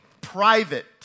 private